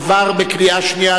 עברה בקריאה שנייה.